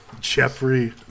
Jeffrey